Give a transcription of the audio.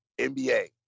NBA